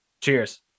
Cheers